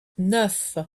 neuf